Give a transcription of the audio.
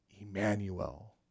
Emmanuel